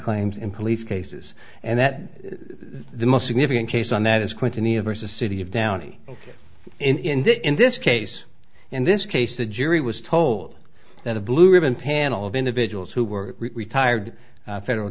claims in police cases and that the most significant case on that is clinton ia vs city of downey in the in this case in this case the jury was told that a blue ribbon panel of individuals who were retired federal